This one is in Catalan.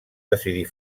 decidir